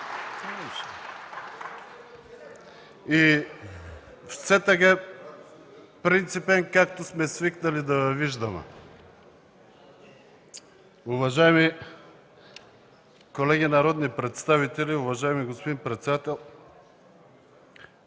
и все така принципен, както сме свикнали да Ви виждаме. Уважаеми колеги народни представители, уважаеми господин председател!